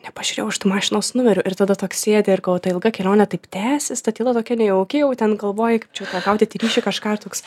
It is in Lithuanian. nepažiūrėjau aš tų mašinos numerių ir tada toks sėdi ir galvoji ta ilga kelionė taip tęsis ta tyla tokia nejauki jau ten galvoji kaip čia gaudyti ryšį kažką ir toks